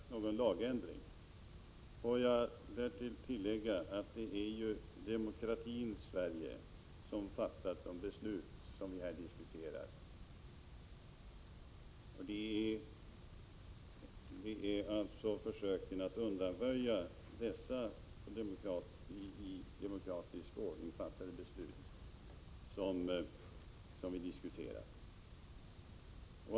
Fru talman! Jag har inte aktualiserat någon lagändring. Får jag tillägga att det är demokratin Sverige som fattar de beslut som här diskuteras. Det gäller alltså försöken att undanröja dessa i demokratisk ordning fattade besluten.